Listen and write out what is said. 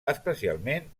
especialment